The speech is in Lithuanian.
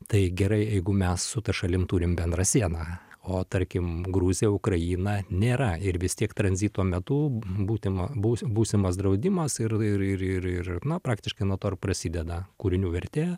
tai gerai jeigu mes su ta šalim turim bendrą sieną o tarkim gruzija ukraina nėra ir vis tiek tranzito metu būtina būs būsimas draudimas ir ir ir ir ir na praktiškai nuo to ir prasideda kūrinių vertė